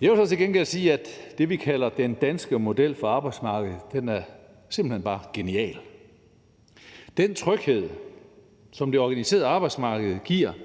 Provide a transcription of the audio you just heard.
Jeg vil så til gengæld sige, at det, vi kalder den danske model for arbejdsmarkedet, simpelt hen bare er genial. Den tryghed, som det organiserede arbejdsmarked giver –